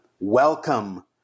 welcome